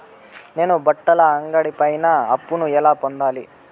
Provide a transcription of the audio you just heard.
నేను బట్టల అంగడి పైన అప్పును ఎలా పొందాలి?